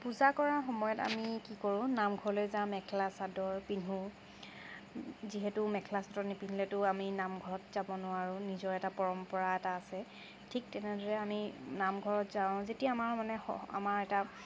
পূজা কৰাৰ সময়ত আমি কি কৰোঁ নামঘৰলৈ যাওঁ মেখেলা চাদৰ পিন্ধো যিহেতু মেখেলা চাদৰ নিপিন্ধিলেতো আমি নামঘৰত যাব নোৱাৰোঁ নিজৰ এটা পৰম্পৰা এটা আছে ঠিক তেনেদৰে আমি নামঘৰত যাওঁ যেতিয়া আমাৰ মানে আমাৰ এটা